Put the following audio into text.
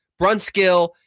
Brunskill